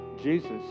Jesus